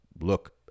look